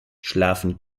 schlafen